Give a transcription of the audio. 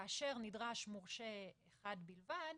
כאשר נדרש מורשה אחד בלבד,